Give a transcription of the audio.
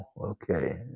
okay